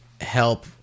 help